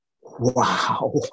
wow